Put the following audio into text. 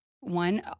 One